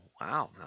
wow